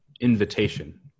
invitation